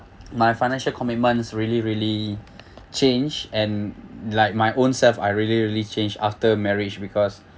my financial commitments really really change and like my own self I really really change after marriage because